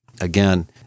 Again